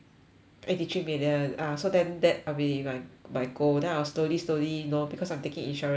eighty three million ah so then that will be my my goal then I'll slowly slowly know because I'm taking insurance already right